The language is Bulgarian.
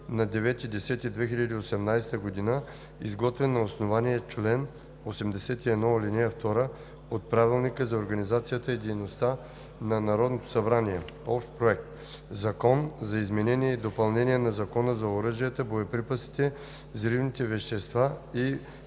2018 г., изготвен на основание чл. 81, ал. 2 от Правилника за организацията и дейността на Народното събрание. „Закон за изменение и допълнение на Закона за оръжията, боеприпасите, взривните вещества и